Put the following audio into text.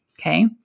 okay